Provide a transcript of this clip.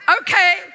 Okay